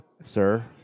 Sir